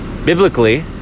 Biblically